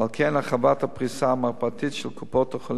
ועל כן הרחבת הפריסה המרפאתית של קופות-החולים